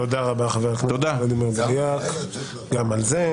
תודה רבה, חבר הכנסת ולדימיר בליאק, גם על זה.